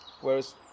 Whereas